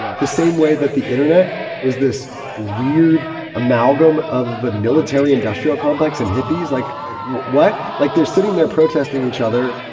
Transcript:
yeah the same way that the internet is this weird amalgam of the military industrial complex and hippies. like what? like they're sitting there protesting each other,